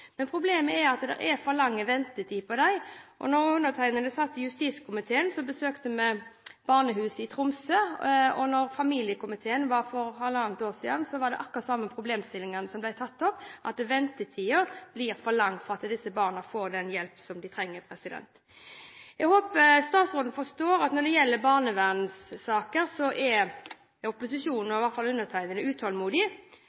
Men problemet er at det er for lang ventetid der. Da undertegnede satt i justiskomiteen, besøkte vi barnehuset i Tromsø, og da familiekomiteen var der for halvannet år siden, var det akkurat de samme problemstillingene som ble tatt opp, at ventetiden blir for lang før disse barna får den hjelpen de trenger. Jeg håper statsråden forstår at når det gjelder barnevernssaker, er opposisjonen,